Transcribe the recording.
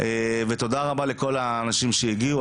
ותודה רבה לכל האנשים שהגיעו,